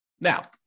Now